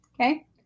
Okay